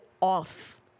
off